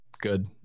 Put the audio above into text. Good